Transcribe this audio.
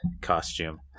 costume